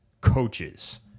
coaches